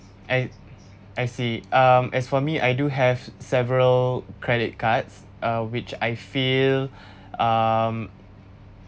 I I see um as for me I do have several credit cards uh which I feel um